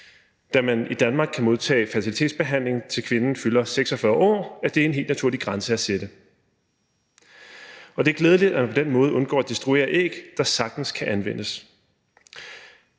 da man i Danmark kan modtage fertilitetsbehandling, til kvinden fylder 46 år, er det en helt naturlig grænse at sætte. Det er glædeligt, at man på den måde undgår at destruere æg, der sagtens kan anvendes.